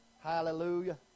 Hallelujah